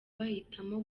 bahitamo